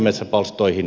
puhemies